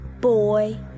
boy